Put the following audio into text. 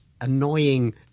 annoying